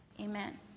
amen